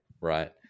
right